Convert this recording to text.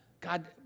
God